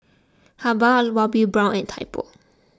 Habhal Bobbi Brown and Typo